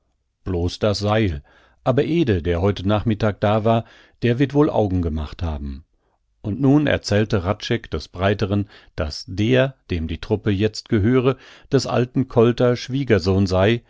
blos das seil aber ede der heute nachmittag da war der wird wohl augen gemacht haben und nun erzählte hradscheck des breiteren daß der dem die truppe jetzt gehöre des alten kolter schwiegersohn sei